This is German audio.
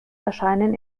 erscheinen